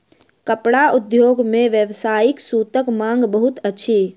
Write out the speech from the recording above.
कपड़ा उद्योग मे व्यावसायिक सूतक मांग बहुत अछि